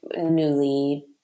newly